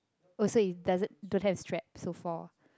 oh so it doesn't don't have strap so four